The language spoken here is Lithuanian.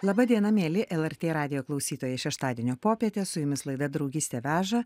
laba diena mieli lrt radijo klausytojai šeštadienio popietę su jumis laida draugystė veža